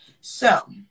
So-